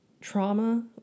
trauma